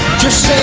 just